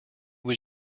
was